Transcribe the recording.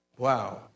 Wow